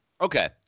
Okay